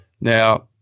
Now